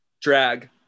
Drag